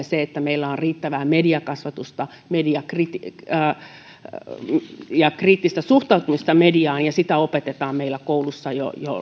se että meillä on riittävää mediakasvatusta ja kriittistä suhtautumista mediaan ja sitä opetetaan meillä jo koulussa